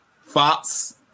Fox